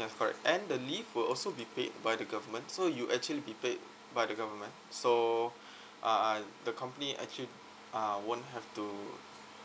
ya correct and the leave will also be paid by the government so you actually be paid by the government so uh the company actually uh won't have to